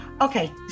Okay